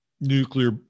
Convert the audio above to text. nuclear